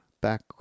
back